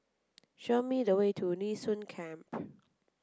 show me the way to Nee Soon Camp